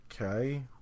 Okay